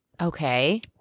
Okay